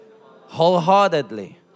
wholeheartedly